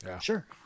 sure